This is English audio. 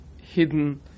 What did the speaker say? hidden